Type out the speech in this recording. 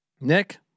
Nick